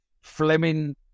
Fleming